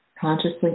Consciously